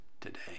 today